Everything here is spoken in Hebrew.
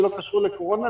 זה לא קשור לקורונה,